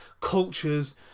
cultures